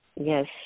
yes